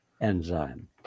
enzyme